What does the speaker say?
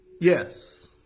yes